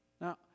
Now